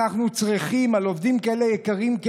על עובדים כאלה יקרים,